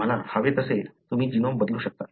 तुम्हाला हवे तसे तुम्ही जीनोम बदलू शकता